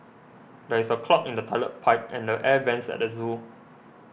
there is a clog in the Toilet Pipe and the Air Vents at the zoo